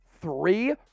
Three